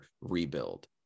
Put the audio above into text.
rebuild